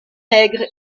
maigre